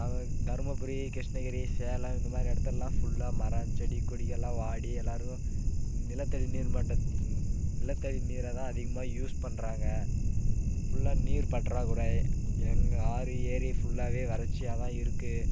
தருமபுரி கிருஷ்ணகிரி சேலம் இந்தமாதிரி இடத்துலலாம் ஃபுல்லாக மரம் செடிகொடிகள்லாம் வாடி எல்லோரும் நிலத்தடி நீர் மட்டம் நிலத்தடி நீரை தான் அதிகமாக யூஸ் பண்ணுறாங்க ஃபுல்லாக நீர் பற்றாக்குறை ஆறு ஏரி ஃபுல்லாகவே வறட்சியாத்தான் இருக்கு